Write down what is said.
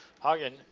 Hagen